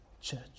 church